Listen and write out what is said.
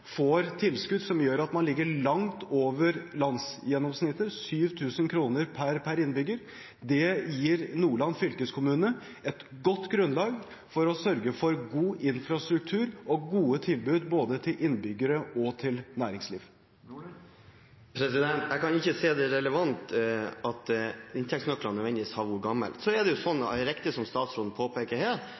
får tilskudd som gjør at man ligger langt over landsgjennomsnittet, 7 000 kr per innbygger. Det gir Nordland fylkeskommune et godt grunnlag for å sørge for god infrastruktur og gode tilbud til både innbyggere og næringsliv. Jeg kan ikke se at det er relevant at inntektsnøklene nødvendigvis har vært gamle. Det er riktig som statsråden påpeker her, at